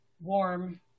warm